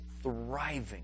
thriving